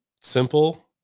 simple